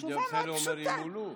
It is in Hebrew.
דודי אמסלם אומר שימולאו.